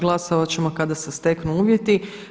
Glasovat ćemo kada se steknu uvjeti.